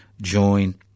join